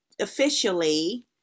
officially